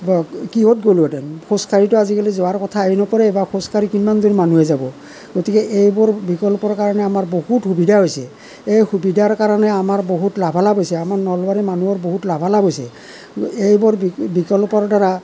কিহত গ'লোঁহেতেন খোজ কাঢ়িতো আজিকালি যোৱাৰ কথা আহি নপৰে বা খোজকাঢ়ি কিমান দূৰ মানুহে যাব গতিকে এইবোৰ বিকল্পৰ কাৰণে আমাৰ বহুত সুবিধা হৈছে এই সুবিধাৰ কাৰণে আমাৰ বহুত লাভালাভ হৈছে আমাৰ নলবাৰীৰ মানুহৰ বহুত লাভালাভ হৈছে এইবোৰ বিকল্পৰ দ্বাৰা